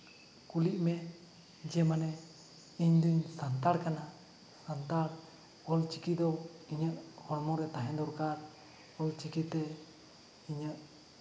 ᱠᱩᱞᱤᱜ ᱢᱮ ᱡᱮ ᱢᱟᱱᱮ ᱤᱧ ᱫᱩᱧ ᱥᱟᱱᱛᱟᱲ ᱠᱟᱱᱟ ᱥᱟᱱᱛᱟᱲ ᱚᱞ ᱪᱤᱠᱤ ᱫᱚ ᱤᱧᱟᱹᱜ ᱦᱚᱲᱢᱚ ᱨᱮ ᱛᱟᱦᱮᱸ ᱫᱚᱨᱠᱟᱨ ᱚᱞ ᱪᱤᱠᱤ ᱛᱮ ᱤᱧᱟᱹᱜ